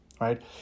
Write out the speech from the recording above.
right